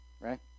Right